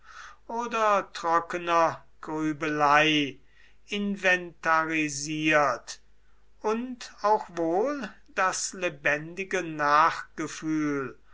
oder trockener grübelei inventarisiert und auch wohl das lebendige nachgefühl